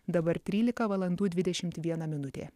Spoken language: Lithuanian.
dabar trylika valandų dvidešimt viena minutė